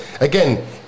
again